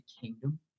Kingdom